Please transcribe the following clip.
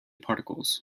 particles